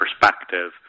perspective